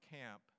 camp